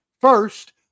first